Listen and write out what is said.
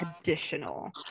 additional